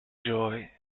joy